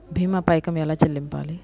భీమా పైకం ఎలా చెల్లించాలి?